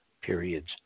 periods